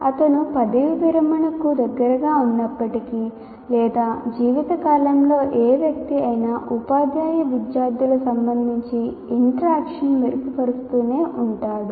అతను పదవీ విరమణకు దగ్గరగా ఉన్నప్పటికీ లేదా జీవితకాలంలో ఏ వ్యక్తి అయినా ఉపాధ్యాయ విద్యార్థుల సంబంధించి ఇంట్రాక్షన్న్ మెరుగుపరుస్తూనే ఉంటాడు